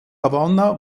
havanna